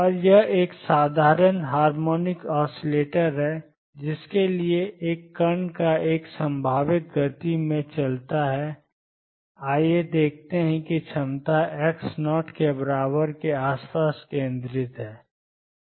और यह एक साधारण हार्मोनिक ओसीलेटर है जिसके लिए एक कण एक संभावित गति में चलता है आइए देखें कि क्षमता x0 के बराबर के आसपास केंद्रित है